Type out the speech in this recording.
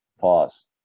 Pause